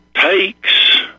takes